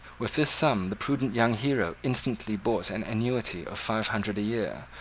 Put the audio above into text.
with this sum the prudent young hero instantly bought an annuity of five hundred a year,